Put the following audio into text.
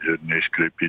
ir neiškraipyt